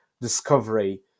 discovery